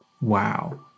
wow